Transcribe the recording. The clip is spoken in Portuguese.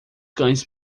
cães